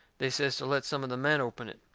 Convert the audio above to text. they says to let some of the men open it.